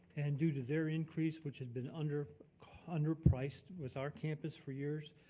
and due to their increase, which has been under under priced with our campus for years,